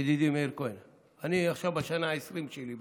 ידידי מאיר כהן, אני עכשיו בשנה ה-20 שלי בכנסת.